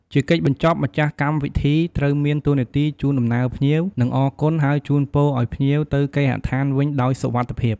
ជាកិច្ចបញ្ចប់ម្ចាស់កម្មវិធីត្រូវមានតួនាទីជូនដំណើរភ្ញៀវ និងអរគុណហើយជូនពរអោយភ្ញៀវទៅគេហដ្ឋានវិញដោយសុវត្ថិភាព។